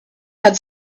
had